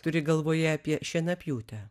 turi galvoje apie šienapjūtę